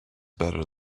better